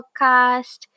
podcast